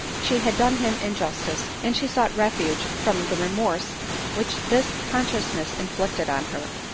she had done him in justice, and she sought refuge from the remorse which this consciousnes and ffiflicted on her,